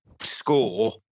score